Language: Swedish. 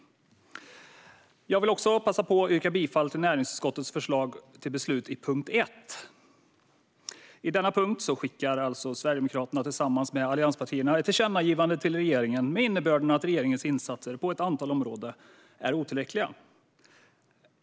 Jag vill också passa på att yrka bifall till näringsutskottets förslag till beslut i punkt 1. I denna punkt skickar Sverigedemokraterna, tillsammans med allianspartierna, ett tillkännagivande till regeringen med innebörden att regeringens insatser på ett antal områden är otillräckliga.